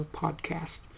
podcast